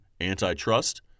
antitrust